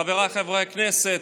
חבריי חברי הכנסת,